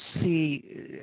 see